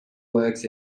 works